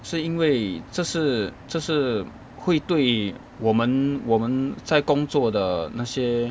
是因为这是这是会对我们我们在工作的那些